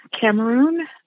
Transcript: Cameroon